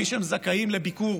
בלי שהם זכאים לביקור